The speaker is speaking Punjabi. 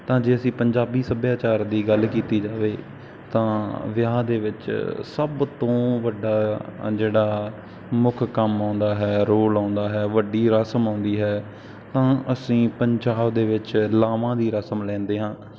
ਤਾਂ ਜੇ ਅਸੀਂ ਪੰਜਾਬੀ ਸੱਭਿਆਚਾਰ ਦੀ ਗੱਲ ਕੀਤੀ ਜਾਵੇ ਤਾਂ ਵਿਆਹ ਦੇ ਵਿੱਚ ਸਭ ਤੋਂ ਵੱਡਾ ਜਿਹੜਾ ਮੁੱਖ ਕੰਮ ਆਉਂਦਾ ਹੈ ਰੋਲ ਆਉਂਦਾ ਹੈ ਵੱਡੀ ਰਸਮ ਆਉਂਦੀ ਹੈ ਤਾਂ ਅਸੀਂ ਪੰਜਾਬ ਦੇ ਵਿੱਚ ਲਾਵਾਂ ਦੀ ਰਸਮ ਲੈਂਦੇ ਹਾਂ